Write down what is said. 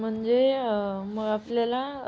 म्हणजे मग आपल्याला